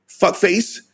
Fuckface